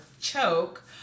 choke